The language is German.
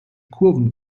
kurven